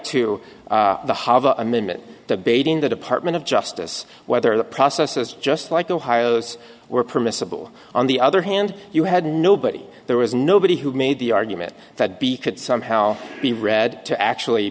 minute debating the department of justice whether the process is just like ohio's were permissible on the other hand you had nobody there was nobody who made the argument that b could somehow be read to actually